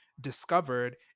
discovered